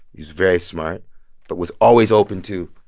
he was very smart but was always open to,